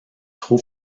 trop